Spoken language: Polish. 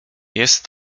jest